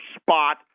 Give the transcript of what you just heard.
spot